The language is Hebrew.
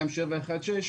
22716,